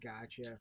gotcha